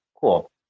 Cool